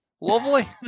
Lovely